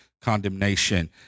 condemnation